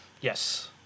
Yes